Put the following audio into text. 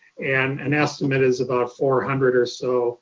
and an estimate is about four hundred or so